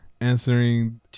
answering